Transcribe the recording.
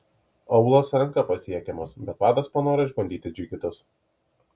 aūlas ranka pasiekiamas bet vadas panoro išbandyti džigitus